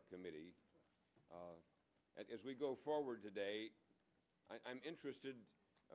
our committee and as we go forward today i'm interested